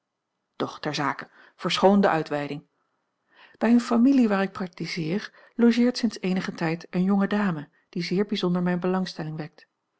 ter zake verschoon de uitweiding bij eene familie waar ik praktiseer logeert sinds eenigen tijd eene jonge dame die zeer bijzonder mijne belangstelling wekt